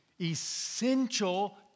essential